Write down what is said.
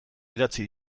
idatzi